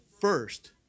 first